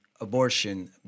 abortion